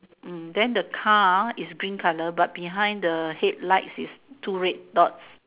then the car is green color but behind the headlights is two red dots